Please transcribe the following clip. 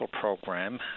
program